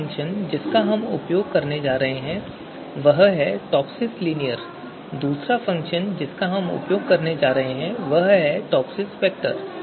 पहला फंक्शन जिसका हम उपयोग करने जा रहे हैं वह है टॉपसिस linear और दूसरा फंक्शन टॉपसिस vector है